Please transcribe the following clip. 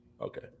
Okay